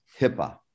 HIPAA